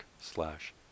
slash